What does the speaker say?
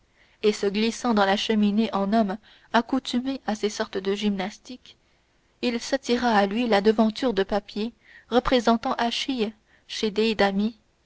et se glissant dans la cheminée en homme accoutumé à ces sortes de gymnastiques il attira à lui la devanture de papier représentant achille chez déidamie